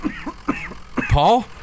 Paul